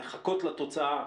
לחכות לתוצאה,